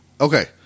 Okay